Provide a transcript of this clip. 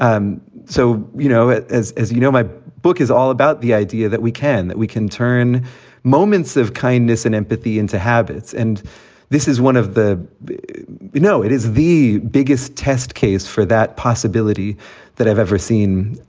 um so, you know, it is as you know, my book is all about the idea that we can that we can turn moments of kindness and empathy into habits. and this is one of the you know, it is the biggest test case for that possibility that i've ever seen.